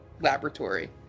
laboratory